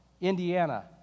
indiana